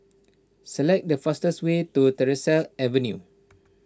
select the fastest way to Tyersall Avenue